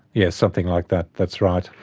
yes, something like that, that's right.